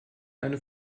eine